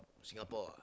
Singapore ah